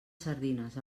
sardines